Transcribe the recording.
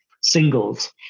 singles